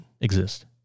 exist